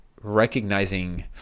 recognizing